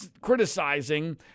criticizing